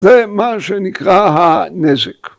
ומה שנקרא הנזק.